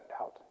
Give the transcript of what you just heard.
out